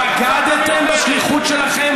בגדתם בשליחות שלכם.